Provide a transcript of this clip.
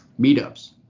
meetups